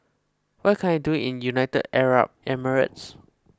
what can I do in United Arab Emirates